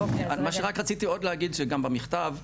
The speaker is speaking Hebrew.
מה שרק רציתי עוד להגיד שגם במכתב,